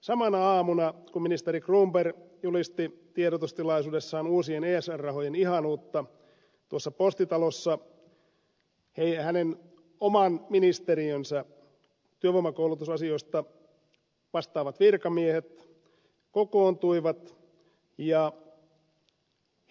samana aamuna kun ministeri cronberg julisti tiedotustilaisuudessaan uusien esr rahojen ihanuutta tuossa postitalossa hänen oman ministeriönsä työvoimakoulutusasioista vastaavat virkamiehet kokoontuivat ja